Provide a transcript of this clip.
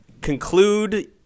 conclude